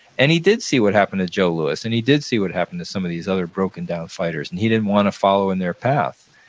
and he did see what happened to joe louis and he did see what happened to some of these other broken-down fighters, and he didn't want to follow in their path.